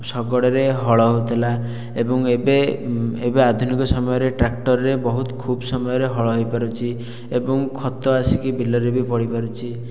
ଶଗଡ଼ରେ ହଳ ହେଉଥିଲା ଏବଂ ଏବେ ଏବେ ଆଧୁନିକ ସମୟରେ ଟ୍ରାକ୍ଟରରେ ବହୁତ ଖୁବ ସମୟରେ ହଳ ହୋଇପାରୁଛି ଏବଂ ଖତ ଆସିକି ବିଲରେ ବି ପଡ଼ି ପାରୁଛି